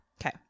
okay